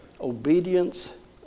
Obedience